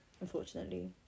unfortunately